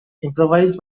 improvised